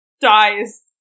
dies